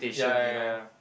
ya ya ya